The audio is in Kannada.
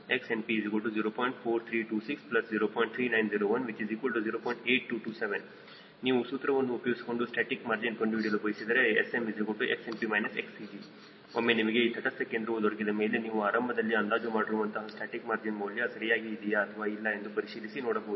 8227 ನೀವು ಸೂತ್ರವನ್ನು ಉಪಯೋಗಿಸಿಕೊಂಡು ಸ್ಟಾಸ್ಟಿಕ್ ಮಾರ್ಜಿನ್ ಕಂಡುಹಿಡಿಯಲು ಬಯಸಿದರೆ SMXNP XCG ಒಮ್ಮೆ ನಿಮಗೆ ಈ ತಟಸ್ಥ ಕೇಂದ್ರವು ದೊರಕಿದೆ ಮೇಲೆ ನೀವು ಆರಂಭದಲ್ಲಿ ಅಂದಾಜು ಮಾಡಿರುವಂತಹ ಸ್ಟಾಸ್ಟಿಕ್ ಮಾರ್ಜಿನ್ ಮೌಲ್ಯ ಸರಿಯಾಗಿ ಇದೆಯಾ ಅಥವಾ ಇಲ್ಲ ಎಂದು ಪರಿಶೀಲಿಸಿ ನೋಡಬಹುದು